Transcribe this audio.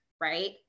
Right